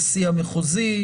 נשיא המחוזי?